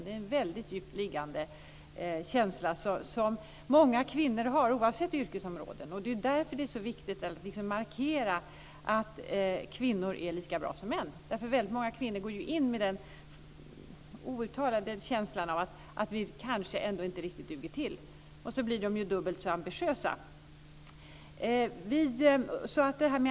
Det är en väldigt djupt liggande känsla som många kvinnor har oavsett yrkesområde. Det är ju därför som det är så viktigt att markera att kvinnor är lika bra som män, därför att väldigt många kvinnor går ju in med den outtalade känslan av att de kanske ändå inte riktigt duger, och så blir de dubbelt så ambitiösa.